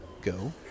Go